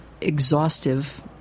exhaustive